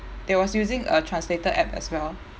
they was using a translator app as well